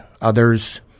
others